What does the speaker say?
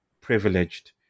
privileged